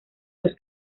los